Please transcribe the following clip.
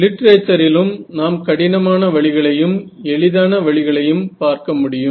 லிட்ரேச்சரிலும் நாம் கடினமான வழிகளையும் எளிதான வழிகளையும் பார்க்க முடியும்